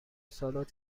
سالاد